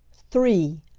three!